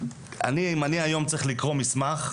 אני אם אני היום צריך לקרוא מסמך,